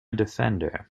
defender